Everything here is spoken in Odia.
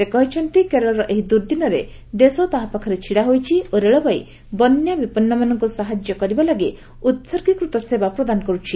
ସେ କହିଛନ୍ତି କେରଳର ଏହି ଦୁର୍ଦିନରେ ଦେଶ ତାହା ପାଖରେ ଛିଡ଼ା ହୋଇଛି ଓ ରେଳବାଇ ବନ୍ୟା ବିପନ୍ନମାନଙ୍କୁ ସାହାଯ୍ୟ କରିବା ଲାଗି ଉତ୍ଗିକୃତ ସେବା ପ୍ରଦାନ କରୁଛି